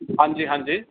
ਹਾਂਜੀ ਹਾਂਜੀ